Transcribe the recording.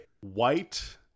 White